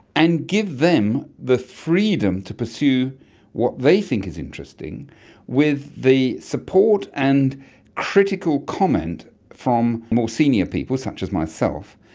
and give them the freedom to pursue what they think is interesting with the support and critical comment from more senior people such as myself,